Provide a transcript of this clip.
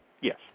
yes